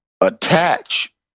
attach